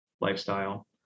lifestyle